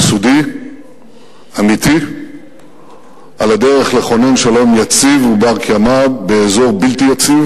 יסודי ואמיתי על הדרך לכונן שלום יציב ובר-קיימא באזור בלתי יציב,